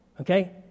Okay